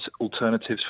alternatives